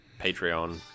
Patreon